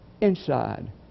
inside